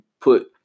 put